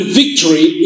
victory